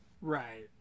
Right